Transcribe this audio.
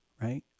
right